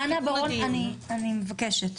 דנה בר-און, אני מבקשת.